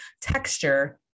texture